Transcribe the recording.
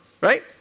right